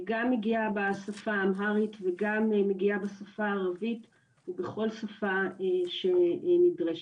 היא גם מגיעה בשפה האמהרית וגם מגיעה בשפה הערבית ובכל שפה שהיא נדרשת.